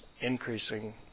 increasing